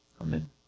Amen